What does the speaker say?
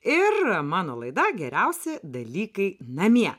ir mano laida geriausi dalykai namie